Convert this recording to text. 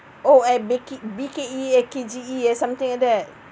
oh I make it B_K_E eh K_J_E eh something like that